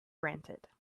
granted